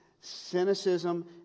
cynicism